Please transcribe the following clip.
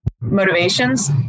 motivations